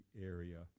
area